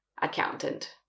accountant